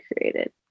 created